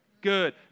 Good